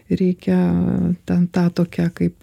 reikia ten tą tokią kaip